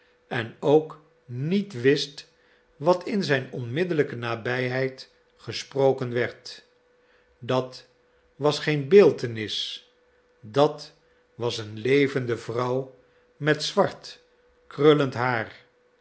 en ook niet wist wat in zijn onmiddellijke nabijheid gesproken werd dat was geen beeltenis dat was een levende vrouw met zwart krullend haar